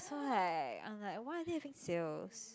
so like I'm like why are they having sales